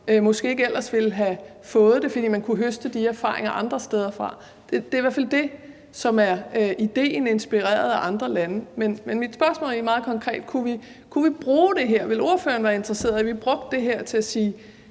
måske ikke ellers ville have fået det, fordi man kunne høste de erfaringer andre steder fra. Det er hvert fald det, som er idéen, inspireret af andre lande. Men mit spørgsmål er egentlig meget konkret. Kunne vi bruge det her, og ville ordføreren være interesseret i, at vi brugte det her til at sige: